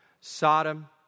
Sodom